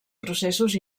processos